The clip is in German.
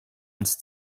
ans